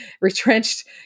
retrenched